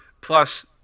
Plus